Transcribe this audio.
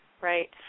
right